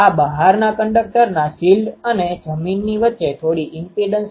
તેથી હું પછી લખી શકું કે Eθ1 Eθ2PK Ire j૦r1 ejαe j૦r2